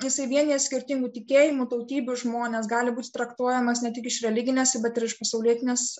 jisai vienija skirtingų tikėjimų tautybių žmones gali būti traktuojamas ne tik iš religinės bet ir iš pasaulietinės